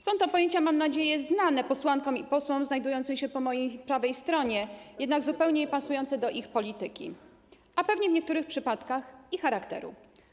Są to pojęcia, mam nadzieję, znane posłankom i posłom znajdującym się po mojej prawej stronie, jednak zupełnie niepasujące do ich polityki, a pewnie w niektórych przypadkach i do charakteru.